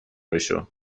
بشو